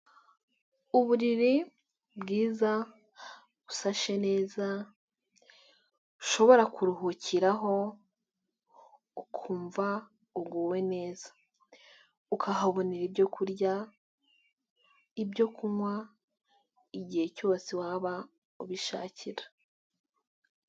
Uburiri bwiza usashe neza ushobora kuruhukiraho ukumva uguwe neza, ukahabonera ibyo kurya, ibyo kunywa, igihe cyose waba ubishakira.